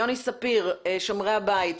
יוני ספיר, שומרי הבית.